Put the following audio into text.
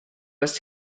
was